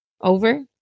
over